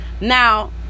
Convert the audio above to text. now